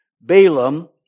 Balaam